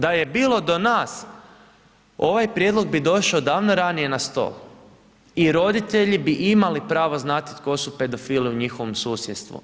Da je bilo do nas ovaj prijedlog bi došao davno ranije na stol i roditelji bi imali pravo znati tko su pedofili u njihovom susjedstvu.